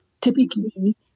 typically